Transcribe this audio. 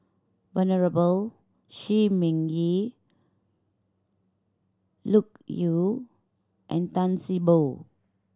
Venerable Shi Ming Yi Loke Yew and Tan See Boo